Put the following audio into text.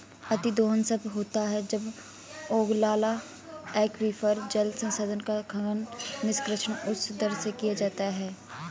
अतिदोहन तब होता है जब ओगलाला एक्वीफर, जल संसाधन का खनन, निष्कर्षण उस दर से किया जाता है